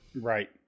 right